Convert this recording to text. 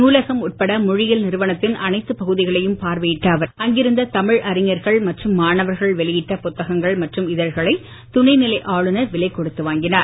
நூலகம் உட்பட மொழியியல் நிறுவனத்தின் அனைத்துப் பகுதிகளையும் பார்வையிட்ட அவருக்கு அங்கிருந்த தமிழ் அறிஞர்கள் மற்றும் மாணவர்கள் வெளியிட்ட புத்தகங்கள் மற்றும் இதழ்களை துணை நிலை ஆளுநர் விலை கொடுத்து வாங்கினார்